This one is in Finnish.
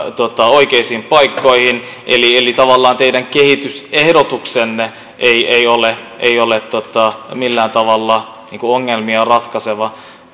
oikeisiin paikkoihin eli eli tavallaan teidän kehitysehdotuksenne ei ole ei ole millään tavalla ongelmia ratkaiseva